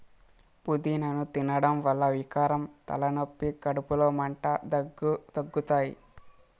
పూదినను తినడం వల్ల వికారం, తలనొప్పి, కడుపులో మంట, దగ్గు తగ్గుతాయి